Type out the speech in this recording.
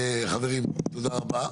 חברים, תודה רבה.